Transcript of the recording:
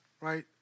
right